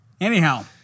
Anyhow